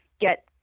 get